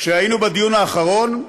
כשהיינו בדיון האחרון,